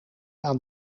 aan